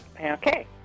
Okay